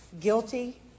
Guilty